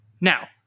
Now